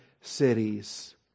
cities